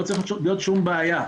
לא צריכה להיות שום בעיה.